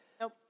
Nope